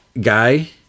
guy